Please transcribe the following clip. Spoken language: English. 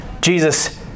Jesus